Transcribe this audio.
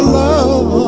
love